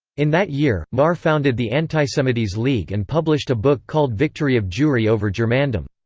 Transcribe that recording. in that year, marr founded the antisemites league and published a book called victory of jewry over germandom.